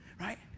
right